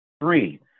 Three